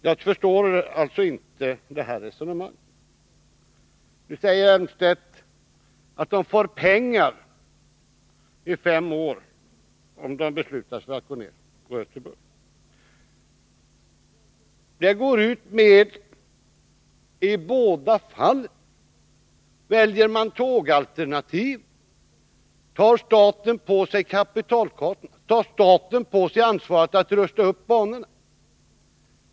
Jag förstår alltså inte det resonemanget. Nu säger Claes Elmstedt att man får pengar i fem år om man beslutar sig för att gå över till buss. Det utgår medel i båda fallen! Väljer man tågalternativet tar staten på sig kapitalkostnaderna och ansvaret för att rusta upp banorna.